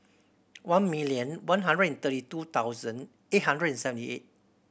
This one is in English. one million one hundred and thirty two thousand eight hundred and seventy eight